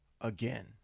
again